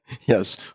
Yes